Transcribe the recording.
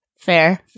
fair